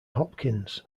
hopkins